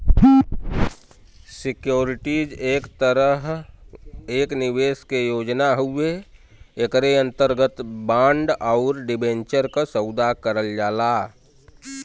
securities एक तरह एक निवेश के योजना हउवे एकरे अंतर्गत बांड आउर डिबेंचर क सौदा करल जाला